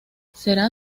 será